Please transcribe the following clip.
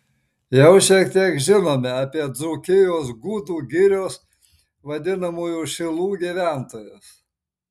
jau šiek tiek žinome apie dzūkijos gudų girios vadinamųjų šilų gyventojus